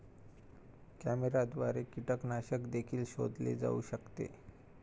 कॅमेऱ्याद्वारे कीटकनाशक देखील शोधले जाऊ शकते